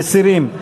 מסירים.